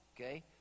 okay